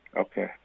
Okay